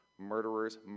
murderers